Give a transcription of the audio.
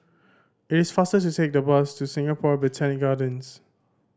it is faster to take the bus to Singapore Botanic Gardens